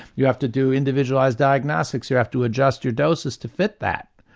you have to do individualised diagnostics, you have to adjust your doses to fit that.